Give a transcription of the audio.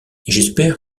j’espère